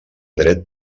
dret